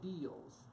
deals